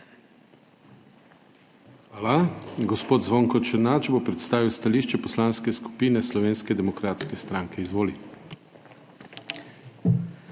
Hvala. Gospod Zvonko Černač bo predstavil stališče Poslanske skupine Slovenske demokratske stranke. Izvoli.